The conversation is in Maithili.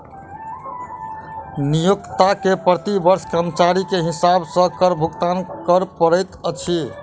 नियोक्ता के प्रति वर्ष कर्मचारी के हिसाब सॅ कर भुगतान कर पड़ैत अछि